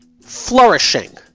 flourishing